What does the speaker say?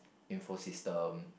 info system